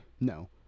No